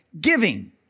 giving